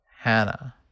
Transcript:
Hannah